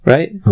Right